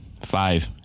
five